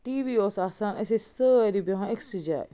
T V اوس آسان أسۍ ٲسۍ آسان سٲری بیٚہوان أکۍسٕے جاے